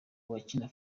bakina